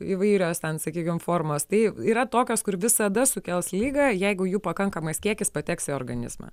įvairios ten sakykim formos tai yra tokios kur visada sukels ligą jeigu jų pakankamas kiekis pateks į organizmą